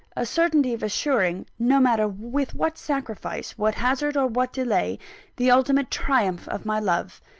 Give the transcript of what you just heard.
a certainty of assuring no matter with what sacrifice, what hazard, or what delay the ultimate triumph of my love.